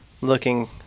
looking